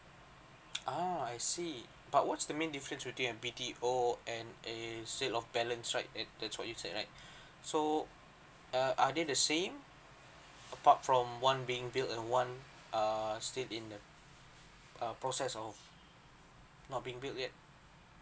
ah I see but what's the main difference between a B_T_O and a sale of balance right and that's what you said right so uh are they the same apart from one being built and one err still in a uh process of not being built yet